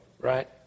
right